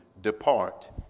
depart